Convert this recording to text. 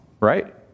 Right